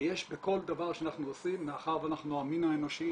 ויש בכל דבר שאנחנו עושים מאחר ואנחנו המין האנושי